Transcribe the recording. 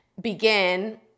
begin